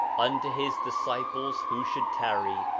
unto his disciples who should tarry,